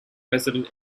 resident